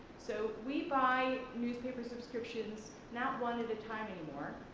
so we buy newspaper subscriptions, not one at a time anymore,